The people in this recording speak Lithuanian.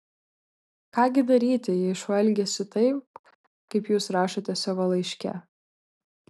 ką gi daryti jei šuo elgiasi taip kaip jūs rašote savo laiške